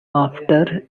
after